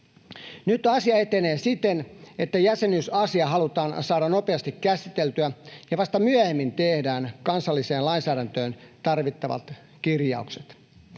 Nyt asia etenee siten, että jäsenyysasia halutaan saada nopeasti käsiteltyä ja vasta myöhemmin tehdään kansalliseen lainsäädäntöön tarvittavat kirjaukset.